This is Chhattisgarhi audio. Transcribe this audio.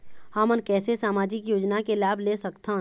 हमन कैसे सामाजिक योजना के लाभ ले सकथन?